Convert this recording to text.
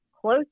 close